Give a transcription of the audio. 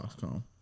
come